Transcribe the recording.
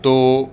تو